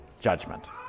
judgment